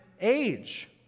age